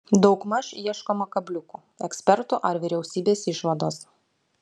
daugmaž ieškoma kabliukų ekspertų ar vyriausybės išvados